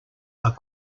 are